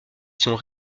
sont